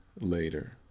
later